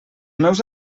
meus